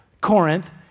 Corinth